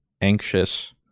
anxious